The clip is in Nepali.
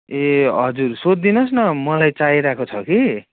ए हजुर सोधिदिनु होस् न मलाई चाहिरहेको छ कि